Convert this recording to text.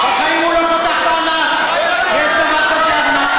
איך אתה בכלל מעז להרים